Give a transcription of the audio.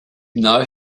know